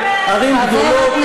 ערים גדולות,